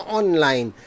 online